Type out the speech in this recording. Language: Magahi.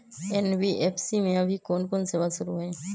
एन.बी.एफ.सी में अभी कोन कोन सेवा शुरु हई?